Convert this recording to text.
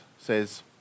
says